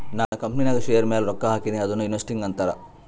ನಾ ಕಂಪನಿನಾಗ್ ಶೇರ್ ಮ್ಯಾಲ ರೊಕ್ಕಾ ಹಾಕಿನಿ ಅದುನೂ ಇನ್ವೆಸ್ಟಿಂಗ್ ಅಂತಾರ್